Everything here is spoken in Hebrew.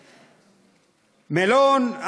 מלון,